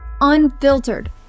unfiltered